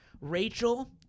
rachel